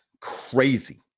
crazy